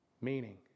meaning